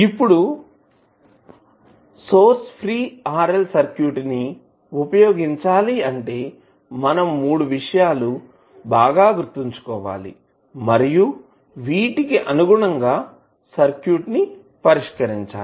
ఇప్పుడు source free RL circuit ని ఉపయోగించాలి అంటే మనం 3 విషయాలు బాగా గుర్తుంచుకోవాలి మరియు వీటికి అనుగుణంగా సర్క్యూట్ ని పరిష్కరించాలి